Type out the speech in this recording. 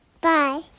bye